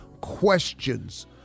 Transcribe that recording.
questions